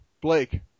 Blake